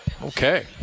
Okay